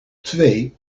twee